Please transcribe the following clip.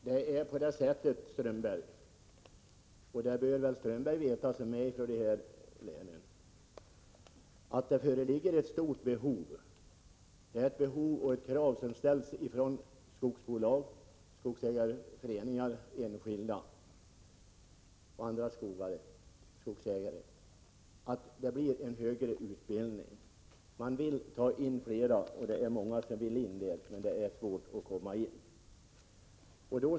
Fru talman! Det förhåller sig så, Håkan Strömberg — och det bör väl Håkan Strömberg veta, eftersom han kommer från de här trakterna — att det föreligger ett stort behov. Krav reses av skogsbolag, skogsägarföreningar, enskilda och andra på högre utbildningskapacitet. Många vill ha utbildning, men det är svårt att komma in.